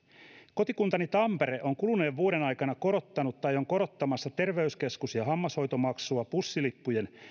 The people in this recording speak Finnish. kotikuntani tampere on kuluneen vuoden aikana korottanut tai on korottamassa terveyskeskus ja ja hammashoitomaksua bussilippujen